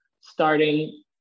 starting